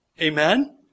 Amen